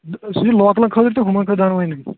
سُہ چھِ لوکلَن خٲطرٕ تہِ ہُمَن خٲطرٕ دۄنوٕنی